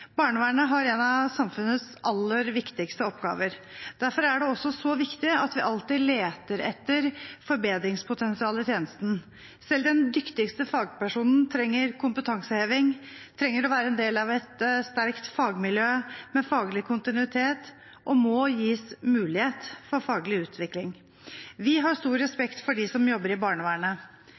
Barnevernet har en av samfunnets aller viktigste oppgaver. Derfor er det også så viktig at vi alltid leter etter forbedringspotensial i tjenesten. Selv den dyktigste fagperson trenger kompetanseheving, trenger å være en del av et sterkt fagmiljø med faglig kontinuitet og må gis mulighet for faglig utvikling. Vi har stor respekt for dem som jobber i barnevernet.